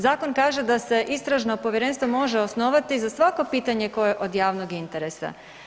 Zakon kaže da se istražno povjerenstvo može osnovati za svako pitanje koje je od javnog interesa.